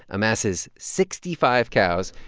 amasses sixty five cows,